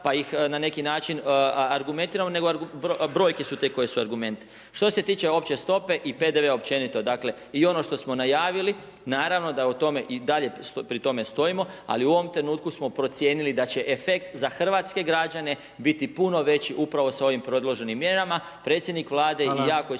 pa ih na neki način argumentiramo, nego brojke su te koje su argument. Što se tiče opće stope i PDV-a općenito, dakle i ono što smo najavili, naravno da pri tome stojimo ali u ovom trenutku smo procijenili efekt za hrvatske građane biti puno veći upravo sa ovim predloženim mjerama. Predsjednik Vlade i ja koji